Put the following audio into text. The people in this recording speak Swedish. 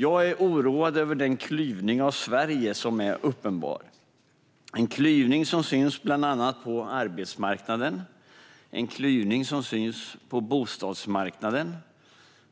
Jag är oroad över den klyvning av Sverige som är uppenbar. Det är en klyvning som syns bland annat på arbetsmarknaden och på bostadsmarknaden.